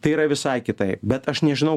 tai yra visai kitaip bet aš nežinau